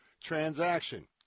transaction